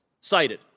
cited